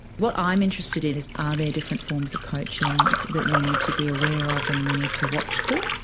what i'm interested in is are there different forms of coaching that we need to be aware of and we need to watch for?